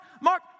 Mark